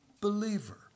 believer